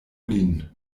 lin